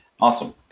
Awesome